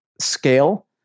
scale